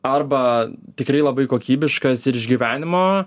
arba tikrai labai kokybiškas ir iš gyvenimo